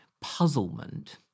puzzlement